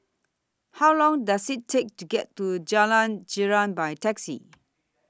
How Long Does IT Take to get to Jalan Girang By Taxi